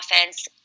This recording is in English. offense